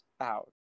out